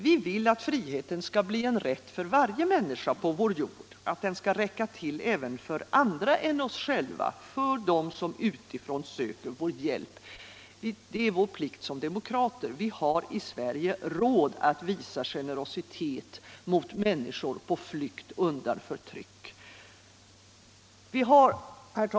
Vi vill att friheten skall bli en rätt för varje människa på vår jord, att den skall räcka till även för andra än oss själva — för dem som utifrån söker vår hjälp. Det är vår plikt som demokrater. Vi har i Sverige råd att visa generositet mot människor på flykt undan förtryck. Herr talman!